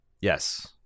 Yes